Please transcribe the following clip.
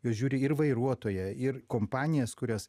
jos žiūri ir vairuotoją ir kompanijas kurios